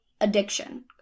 addiction